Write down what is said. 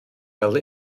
fel